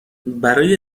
برای